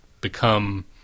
become